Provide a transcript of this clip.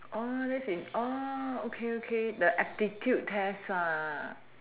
uh that's in~ okay okay the aptitude test ah